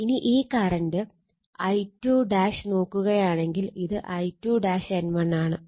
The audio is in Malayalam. ഇനി ഈ കറണ്ട് I2 നോക്കുകയാണെങ്കിൽ ഇത് I2 N1 ആണ്